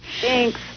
thanks